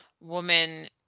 woman